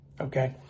okay